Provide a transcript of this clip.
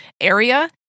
area